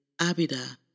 abida